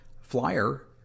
Flyer